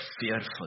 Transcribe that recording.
fearful